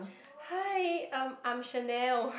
hi um I'm Channel